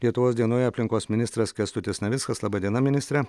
lietuvos dienoje aplinkos ministras kęstutis navickas laba diena ministre